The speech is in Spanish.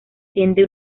tiende